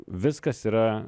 viskas yra